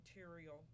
material